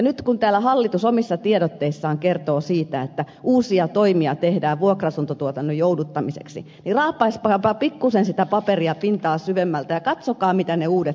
nyt kun täällä hallitus omissa tiedotteissaan kertoo siitä että uusia toimia tehdään vuokra asuntotuotannon jouduttamiseksi niin raapaiskaapa pikkusen sitä paperia pintaa syvemmältä ja katsokaa mitä ne uudet toimet ovat